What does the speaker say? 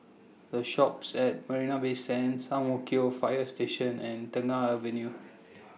The Shoppes At Marina Bay Sands Ang Mo Kio Fire Station and Tengah Avenue